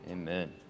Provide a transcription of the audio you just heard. Amen